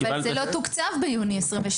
קיבלת --- אבל זה לא תוקצב ביוני 2022,